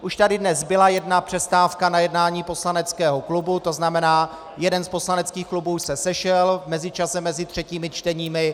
Už tady dnes byla jedna přestávka na jednání poslaneckého klubu, to znamená jeden z poslaneckých klubů se sešel v mezičase mezi třetími čteními.